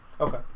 Okay